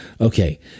Okay